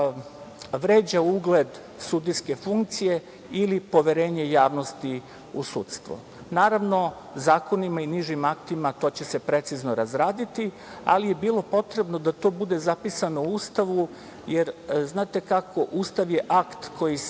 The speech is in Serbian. vređa ugled sudijske funkcije ili poverenje javnosti u sudstvu. Naravno, zakonima i bližim aktima to će se precizno razraditi, ali je bilo potrebno da to bude zapisano u Ustavu. Jer, znate kako, Ustav je akt koji se